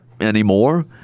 anymore